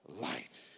light